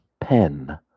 pen